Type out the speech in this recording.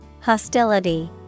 Hostility